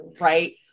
right